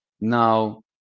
Now